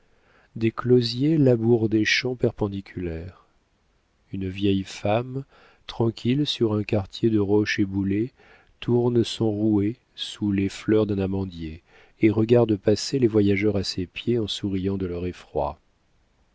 des closiers labourent des champs perpendiculaires une vieille femme tranquille sur un quartier de roche éboulée tourne son rouet sous les fleurs d'un amandier et regarde passer les voyageurs à ses pieds en souriant de leur effroi